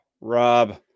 Rob